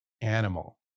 animal